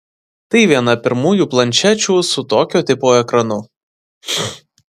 tai viena pirmųjų planšečių su tokio tipo ekranu